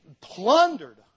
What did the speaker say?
plundered